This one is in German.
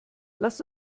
lass